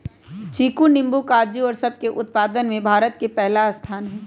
चीकू नींबू काजू और सब के उत्पादन में भारत के पहला स्थान हई